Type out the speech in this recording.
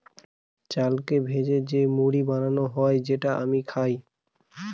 চালকে ভেজে যে মুড়ি বানানো হয় যেটা আমি খাবো